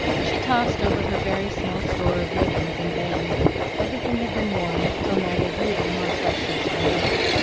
she tossed over her very small store of ribbons in vain everything had been worn till neither beauty nor freshness remained.